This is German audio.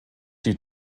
die